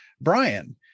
Brian